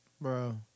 Bro